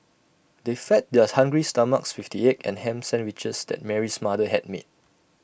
they fed their hungry stomachs with the egg and Ham Sandwiches that Mary's mother had made